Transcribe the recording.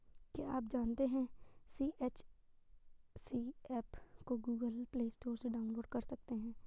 क्या आप जानते है सी.एच.सी एप को गूगल प्ले स्टोर से डाउनलोड कर सकते है?